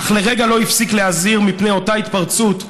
אך לרגע לא הפסיק להזהיר מפני אותה התפרצות,